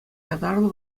ятарлӑ